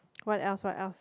what else what else